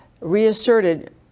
reasserted